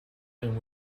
and